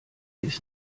ist